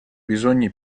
bisogni